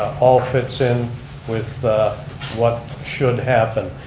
all fits in with what should happen.